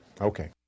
Okay